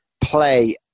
play